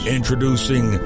Introducing